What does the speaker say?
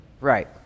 right